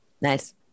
Nice